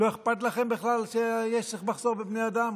לא אכפת לכם בכלל שיש מחסור בבני אדם,